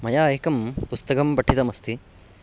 मया एकं पुस्तकं पठितमस्ति